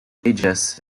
ages